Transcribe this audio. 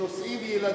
כשנוסעים ילדים,